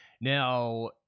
Now